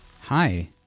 Hi